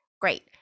great